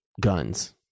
guns